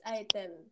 item